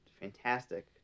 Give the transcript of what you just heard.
fantastic